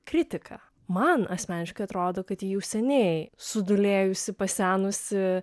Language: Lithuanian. kritika man asmeniškai atrodo kad ji jau seniai sudūlėjusi pasenusi